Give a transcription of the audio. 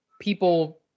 people